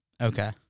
Okay